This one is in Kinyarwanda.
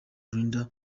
linda